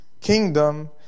kingdom